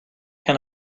can